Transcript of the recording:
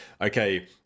Okay